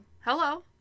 Hello